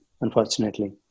unfortunately